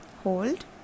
hold